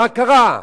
מה קרה?